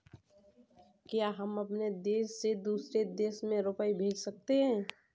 क्या हम अपने देश से दूसरे देश में रुपये भेज सकते हैं?